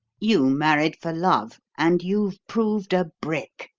you married for love, and you've proved a brick.